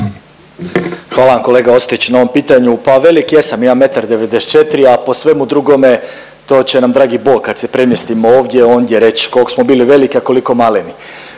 Hvala vam kolega Ostojić na ovom pitanju. Pa velik jesam imam 1,94, a po svemu drugome to će nam dragi Bog kad se premjestimo ovdje, ondje reć koliko smo bili veliki, a koliko maleni.